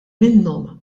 minnhom